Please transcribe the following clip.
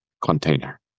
container